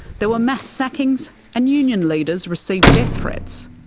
there were mass sackings, and union leaders received death threats.